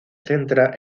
centra